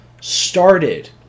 started